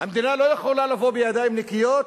המדינה לא יכולה לבוא בידיים נקיות